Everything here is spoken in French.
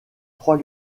trois